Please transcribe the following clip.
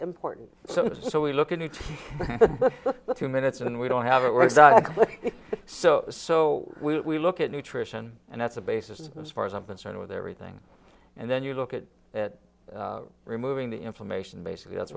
important so we look at the few minutes and we don't have it work done so so we look at nutrition and that's a basis as far as i'm concerned with everything and then you look at it removing the inflammation basically that's